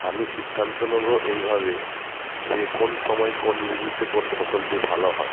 আমি সিদ্ধান্ত নেবো এইভাবে যে কোন সময় কোন ঋতুতে কোন ফসলটি ভালো হয়